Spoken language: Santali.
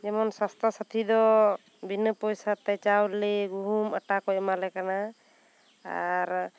ᱡᱮᱢᱚᱱ ᱥᱟᱥᱛᱷᱚ ᱥᱟᱹᱛᱷᱤ ᱫᱚ ᱵᱤᱱᱟᱹ ᱯᱚᱭᱥᱟ ᱛᱮ ᱪᱟᱣᱞᱮ ᱜᱩᱦᱩᱢ ᱟᱴᱟᱠᱚᱭ ᱮᱢᱟ ᱞᱮ ᱠᱟᱱᱟ ᱟᱨ